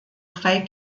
drei